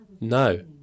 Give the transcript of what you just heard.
No